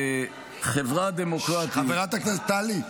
בחברה דמוקרטית ------ חברת הכנסת טלי,